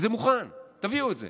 וזה מוכן, תביאו את זה.